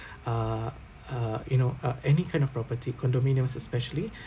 uh uh you know uh any kind of property condominiums especially